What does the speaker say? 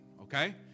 okay